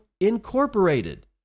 Incorporated